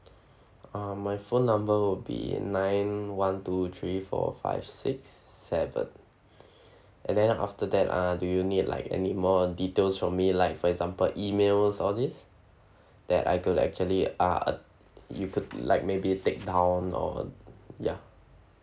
ah my phone number would be nine one two three four five six seven and then after that uh do you need like any more details from me like for example emails all this that I could actually uh you could like maybe take down or ya